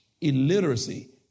Illiteracy